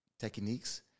techniques